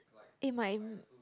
eh my